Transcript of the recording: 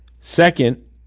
Second